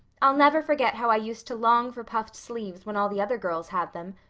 i'll never forget how i used to long for puffed sleeves when all the other girls had them.